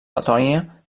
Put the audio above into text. letònia